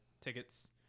tickets